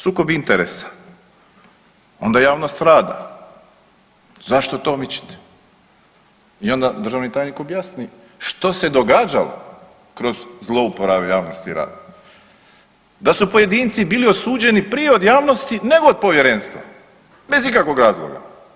Sukob interesa, onda javnost rada, zašto to mičete i onda državni tajnik objasni što se događalo kroz zlouporabu javnosti rada da su pojedinci bili osuđeni prije od javnosti nego od povjerenstva bez ikakvog razloga.